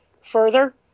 Further